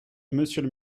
monsieur